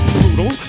Brutal